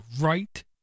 right